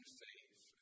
faith